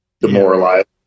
demoralized